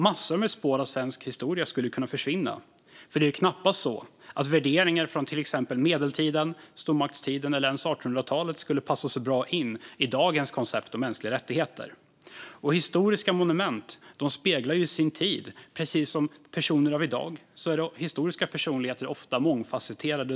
Massor av spår från svensk historia skulle kunna försvinna, för det är knappast så att värderingar från till exempel medeltiden, stormaktstiden eller ens 1800-talet skulle passa så bra ihop med dagens koncept om mänskliga rättigheter. Historiska monument speglar sin tid. Precis som personer av i dag är historiska personer ofta mångfasetterade.